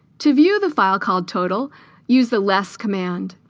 to view the file called total use the less command